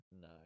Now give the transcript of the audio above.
No